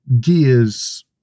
gears